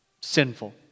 sinful